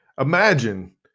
Imagine